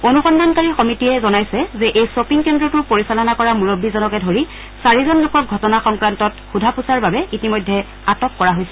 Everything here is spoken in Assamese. অনুসন্ধানকাৰী সমিতিয়ে জনাইছে যে এই খপিং কেন্দ্ৰটো পৰিচালনা কৰা মূৰববীজনকে ধৰি চাৰিজন লোকক ঘটনা সংক্ৰান্তত সোধাপোছাৰ বাবে ইতিমধ্যে আটক কৰা হৈছে